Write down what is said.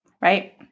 right